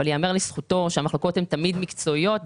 אבל ייאמר לזכותו שהמחלוקות הן תמיד מקצועיות.